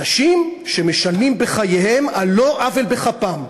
אנשים שמשלמים בחייהם על לא עוול בכפם.